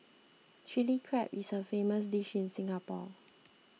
Chilli Crab is a famous dish in Singapore